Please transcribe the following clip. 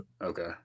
Okay